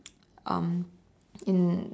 um in